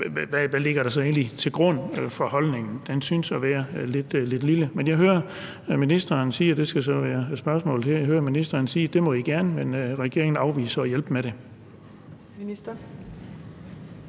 hvad ligger der så egentlig til grund for holdningen? Det synes at være ganske lidt. Men hører jeg ministeren sige, og det skal så være spørgsmålet her, at det må de gerne, men at regeringen afviser at hjælpe med det?